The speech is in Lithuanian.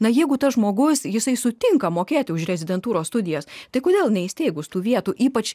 na jeigu tas žmogus jisai sutinka mokėti už rezidentūros studijas tai kodėl neįsteigus tų vietų ypač